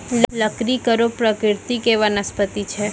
लकड़ी कड़ो प्रकृति के वनस्पति छै